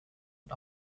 und